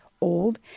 old